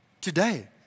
today